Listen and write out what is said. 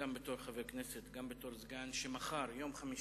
גם בתור חבר הכנסת, גם בתור סגן, שמחר, יום חמישי,